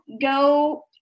go